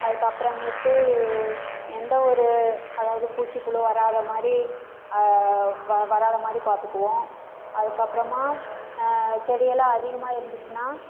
அதுக்கு அப்புறமேட்டு எந்த ஒரு அதாவது பூச்சி புழு வராத மாதிரி வராத மாதிரி பார்த்துக்குவோம் அதுக்கப்புறமா செடியெல்லாம் அதிகமாக இருந்துச்சுன்னால்